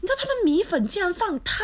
你知道他们米粉竟然放汤